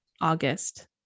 August